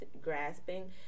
grasping